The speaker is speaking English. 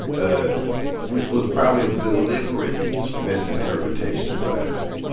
ah which was probably a deliberate misinterpretation of what i said.